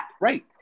Right